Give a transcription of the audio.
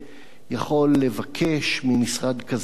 יכול לבקש ממשרד כזה או אחר,